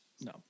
No